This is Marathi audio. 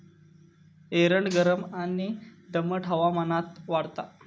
एरंड गरम आणि दमट हवामानात वाढता